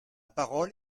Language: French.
parole